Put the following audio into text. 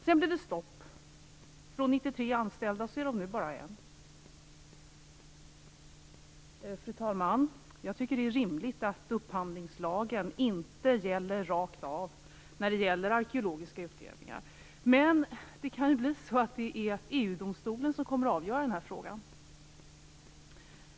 Sedan blev det stopp. Från att ha varit 93 anställda är det nu bara en. Fru talman! Jag tycker att det är rimligt att upphandlingslagen inte gäller rakt av för arkeologiska utgrävningar, men det kan bli så att EG-domstolen kommer att avgöra den här frågan.